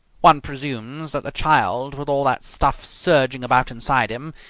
one presumes that the child, with all that stuff surging about inside him,